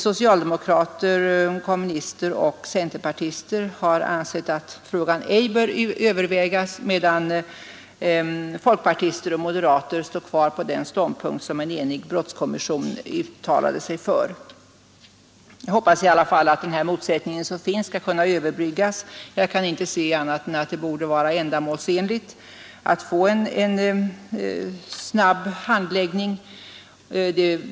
Socialdemokrater, kommunister och centerpartister har ansett att frågan ej bör övervägas medan folkpartister och moderater står kvar på den ståndpunkt som en enig brottskommission uttalade sig för. Nu hoppas jag ändå att den motsättning som finns skall överbryggas, och jag kan inte se annat än att det borde vara ändamålsenligt att få till stånd en snabb handläggning.